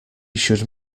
should